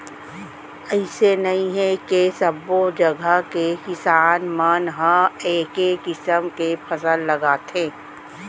अइसे नइ हे के सब्बो जघा के किसान मन ह एके किसम के फसल लगाथे